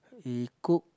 we cook